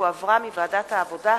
שהחזירה ועדת העבודה,